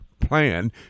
plan